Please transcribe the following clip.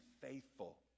faithful